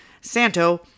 Santo